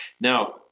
Now